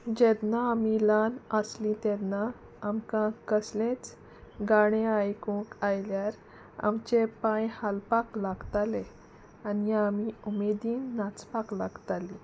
जेन्ना आमी ल्हान आसलीं तेन्ना आमकां कसलेंच गाणें आयकूंक आयल्यार आमचे पांय हालपाक लागताले आनी आमी उमेदीन नाचपाक लागतालीं